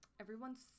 everyone's